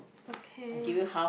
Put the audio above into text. okay